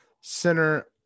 Center